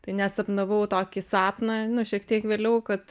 tai net sapnavau tokį sapną nu šiek tiek vėliau kad